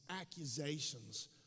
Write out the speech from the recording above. accusations